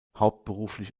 hauptberuflich